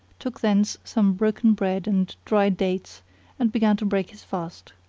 took thence some broken bread and dry dates and began to break his fast.